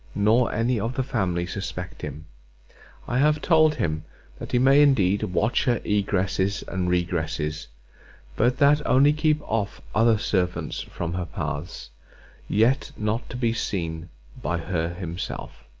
nor any of the family suspect him i have told him that he may indeed watch her egresses and regresses but that only keep off other servants from her paths yet not to be seen by her himself.